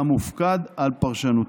המופקד על פרשנותה.